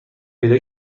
پیدا